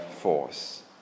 force